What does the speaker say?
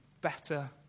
Better